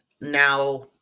now